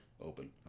Open